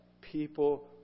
people